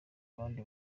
abandi